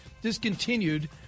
discontinued